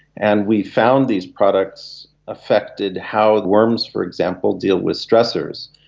and we found these products affected how worms, for example, deal with stressors.